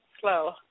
slow